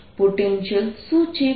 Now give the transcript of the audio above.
potential શું છે